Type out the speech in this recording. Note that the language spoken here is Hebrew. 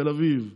תל אביב,